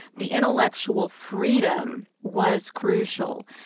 the intellectual freedom was crucial.